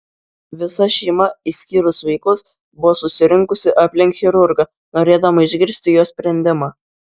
visa šeima išskyrus vaikus buvo susirinkusi aplink chirurgą norėdama išgirsti jo sprendimą